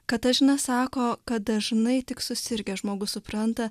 katažina sako kad dažnai tik susirgęs žmogus supranta